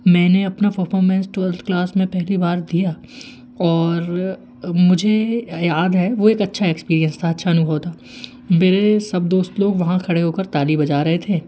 मैंने अपना performance twelfth class में पहली बार दिया और मुझे या याद है वो एक अच्छा एक्सपीरियंस था अच्छा अनुभव था मेरे सब दोस्त लोग वहाँ खड़े होकर ताली बजा रहे थे